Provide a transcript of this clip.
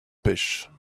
pêchent